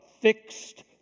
fixed